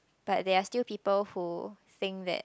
but there are still people who think that